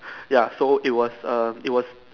ya so it was err it was